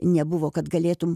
nebuvo kad galėtum